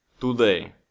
today